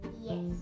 Yes